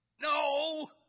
No